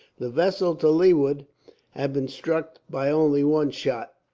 the vessel to leeward had been struck by only one shot,